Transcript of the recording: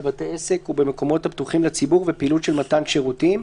בבתי עסק ובמקומות הפתוחים לציבור ופעילות של מתן שירותים.